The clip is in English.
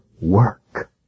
work